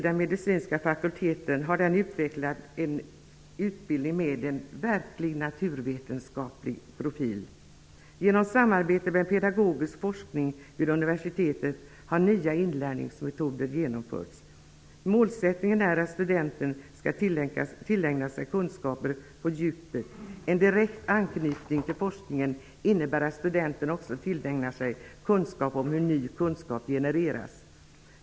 Den medicinska fakulteten har utvecklat en utbildning med en verklig naturvetenskaplig profil. Genom samarbete med pedagogisk forskning vid universitetet har nya inlärningsmetoder genomförts. Målsättningen är att studenten skall tillägna sig kunskaper på djupet. En direkt anknytning till forskningen innebär att studenten också tillägnar sig kunskap om hur ny kunskap genereras.